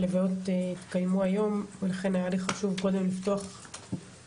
הלוויות יתקיימו היום ולכן היה לי חשוב לפתוח קודם